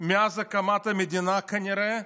מאז הקמת המדינה, כנראה,